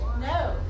No